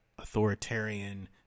authoritarian